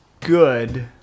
good